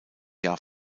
jahr